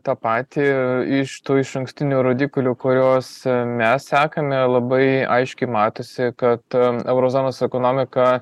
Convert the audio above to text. tą patį iš tų išankstinių rodiklių kuriuos mes sekame labai aiškiai matosi kad euro zonos ekonomika